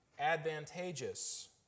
advantageous